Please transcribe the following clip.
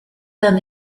them